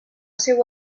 seu